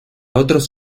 otros